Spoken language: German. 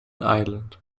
island